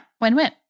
win-win